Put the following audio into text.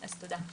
תודה.